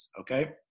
okay